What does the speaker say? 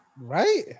Right